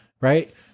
right